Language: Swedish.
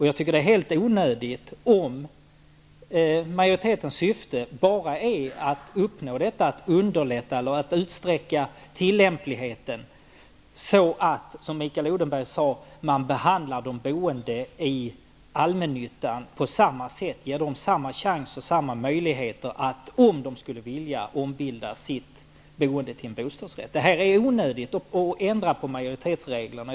Jag tycker detta är helt onödigt, om majoritetens syfte bara är att underlätta ombildningen eller utsträcka tillämpligheten så att, som Mikael Odenberg sade, man behandlar de boende i allmännyttan på samma sätt, ger dem samma chans och samma möjligheter att, om de skulle vilja det, ombilda sin hyresrätt till en bostadsrätt. Det är onödigt att ändra på majoritetsreglerna.